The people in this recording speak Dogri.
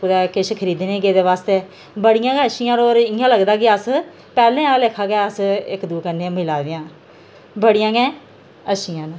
कदें किश खरीदने गेदे आस्तै बड़ियां गै अच्छियां होर इ'यां लगदा के अस पैह्ले आह्ला लेखा गै अस इक दुए कन्नै मिलै दे आं बड़ियां गै अच्छियां न